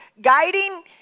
guiding